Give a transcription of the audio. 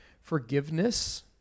forgiveness